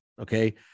okay